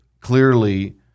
clearly